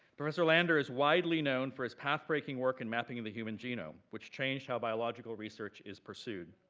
professor lander is widely known for his pathbreaking work in mapping of the human genome, which changed how biological research is pursued.